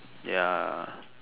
ya